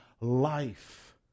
life